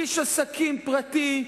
איש עסקים פרטי,